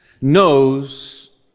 knows